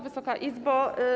Wysoka Izbo!